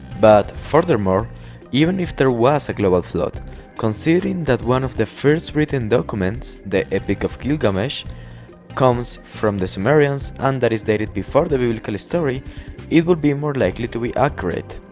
but furthermore even if there was a global flood considering that one of the first written documents the epic of gilgamesh comes from the sumerians and that is dated before the biblical story it would be more likely to be accurate